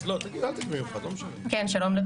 שלום.